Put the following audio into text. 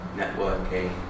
networking